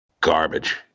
garbage